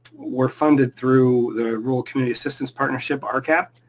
we're funded through the rural community assistance partnership, ah rcap,